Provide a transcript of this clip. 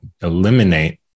eliminate